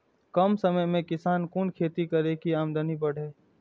कम समय में किसान कुन खैती करै की आमदनी बढ़े?